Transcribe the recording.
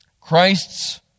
Christ's